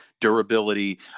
durability